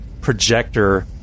projector